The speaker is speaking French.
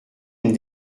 une